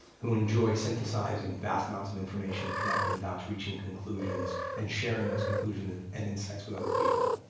who enjoy synthesizing vast amounts of information, connecting dots, reaching conclusions, and sharing those conclusions and insights with other people.